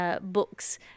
books